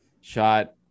shot